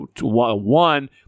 One